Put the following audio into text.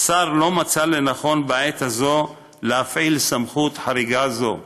השר לא מצא לנכון בעת הזאת להפעיל סמכות חריגה זו.